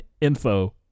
info